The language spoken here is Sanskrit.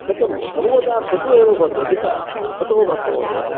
सत्यं सर्वदा कटुः एव भवति अधिककटुः मास्तु महोदय